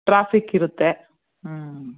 traffic ಇರುತ್ತೆ ಹ್ಞೂ